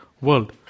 world